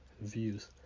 views